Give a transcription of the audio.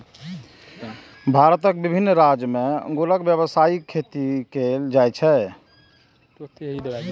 भारतक विभिन्न राज्य मे अंगूरक व्यावसायिक खेती कैल जाइ छै